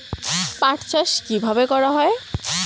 পাট চাষ কীভাবে করা হয়?